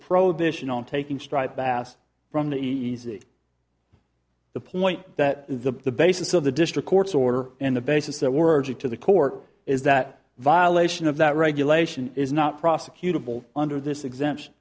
prohibition on taking striped bass from that easy the point that the the basis of the district court's order and the basis that were to the court is that violation of that regulation is not prosecutable under this exempt